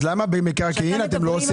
אז למה במיסוי מקרקעין אתם לא עושים